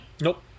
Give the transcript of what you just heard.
nope